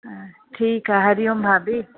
ठीकु आहे हरि ओम भाभी